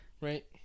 Right